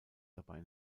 dabei